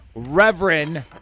Reverend